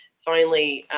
finally,